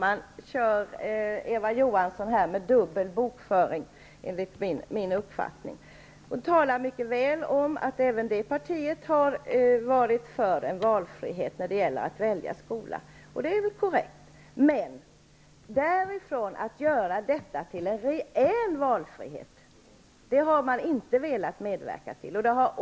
Herr talman! På något vis använder Eva Johansson dubbel bokföring. Hon talar om att även Socialdemokraterna har varit för valfrihet när det gäller att välja skola. Det är väl korrekt. Men därifrån till att skapa en reell valfrihet har man inte velat medverka till.